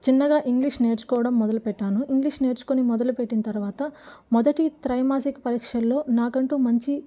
చిన్నగా ఇంగ్లీష్ నేర్చుకోవడం మొదలుపెట్టాను ఇంగ్లీష్ నేర్చుకొని మొదలుపెట్టిన తర్వాత మొదటి త్రైమాసిక పరీక్షల్లో నాకంటూ మంచి